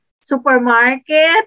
supermarket